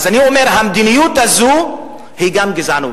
אז אני אומר: המדיניות הזו היא גם גזענות,